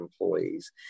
employees